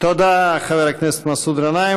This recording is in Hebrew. תודה, חבר הכנסת מסעוד גנאים.